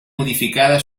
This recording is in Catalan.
modificada